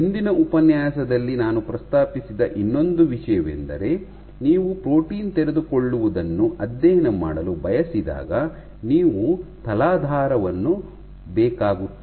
ಹಿಂದಿನ ಉಪನ್ಯಾಸದಲ್ಲಿ ನಾನು ಪ್ರಸ್ತಾಪಿಸಿದ ಇನ್ನೊಂದು ವಿಷಯವೆಂದರೆ ನೀವು ಪ್ರೋಟೀನ್ ತೆರೆದುಕೊಳ್ಳುವುದನ್ನು ಅಧ್ಯಯನ ಮಾಡಲು ಬಯಸಿದಾಗ ನೀವು ತಲಾಧಾರವನ್ನು ಬೇಕಾಗುತ್ತದೆ